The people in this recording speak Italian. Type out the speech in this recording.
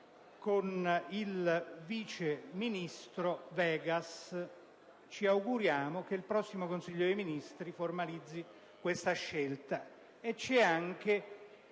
del vice ministro Vegas: ci auguriamo che il prossimo Consiglio dei ministri formalizzi questa scelta. Occorre